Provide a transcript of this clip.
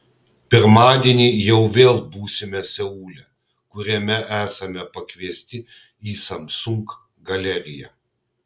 pirmadienį jau vėl būsime seule kuriame esame pakviesti į samsung galeriją